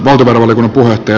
arvoisa puhemies